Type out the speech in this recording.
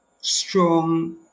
Strong